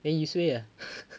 then you suay ah